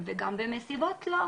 ואם נכנסת משטרה לתמונה,